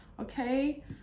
okay